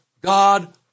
God